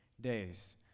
days